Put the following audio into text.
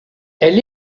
elle